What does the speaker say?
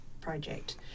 project